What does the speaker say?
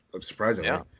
surprisingly